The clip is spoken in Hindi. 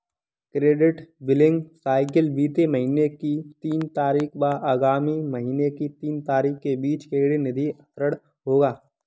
क्रेडिट बिलिंग साइकिल बीते महीने की तीन तारीख व आगामी महीने की तीन तारीख के बीच क्रेडिट निधि अंतरण होगा